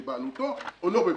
בבעלותו או לא בבעלותו?